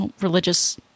religious